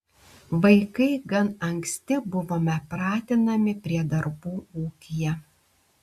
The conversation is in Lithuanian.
vaikai gan anksti buvome pratinami prie darbų ūkyje